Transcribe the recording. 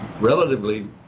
relatively